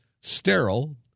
Sterile